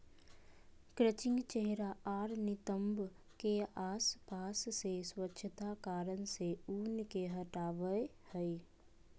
crutching चेहरा आर नितंब के आसपास से स्वच्छता कारण से ऊन के हटावय हइ